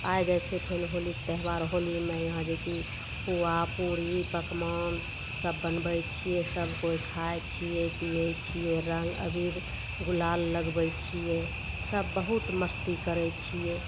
आइ जाइ छै फेर होलीके त्यौहार होलीमे यहाँ जेकि पुवा पूड़ी पकवान सब बनबै छियै सब कोइ खाइ छियै पियै छियै रङ्ग अबीर गुलाल लगबै छियै सब बहुत मस्ती करै छियै